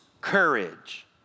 courage